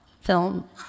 film